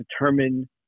determine